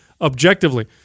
objectively